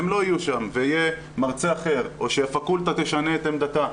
הם לא יהיו שם ויהיה מרצה אחר או שפקולטה תשנה את עמדתה,